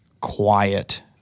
Quiet